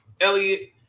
Elliot